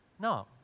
No